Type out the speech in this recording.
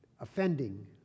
offending